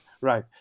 right